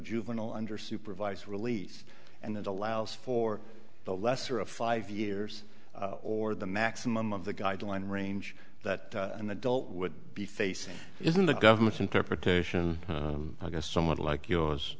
juvenile under supervised release and it allows for the lesser of five years or the maximum of the guideline range that an adult would be facing isn't the government's interpretation i guess somewhat like yours